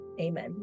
Amen